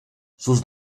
sus